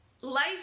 life